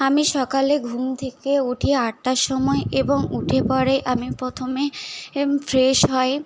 আমি সকালে ঘুম থেকে উঠি আটটার সময় এবং উঠে পরে আমি প্রথমে ফ্রেশ হই